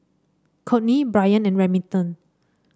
Kourtney Brien and Remington